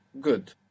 Good